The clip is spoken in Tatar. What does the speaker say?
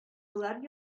болар